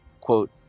quote